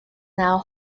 now